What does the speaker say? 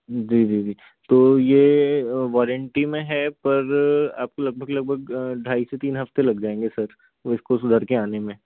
जी जी जी तो ये वारंटी में है पर आपको लगभग लगभग ढ़ाई से तीन हफ़्ते लग जाएंगे सर वो इसको सुधार के आने में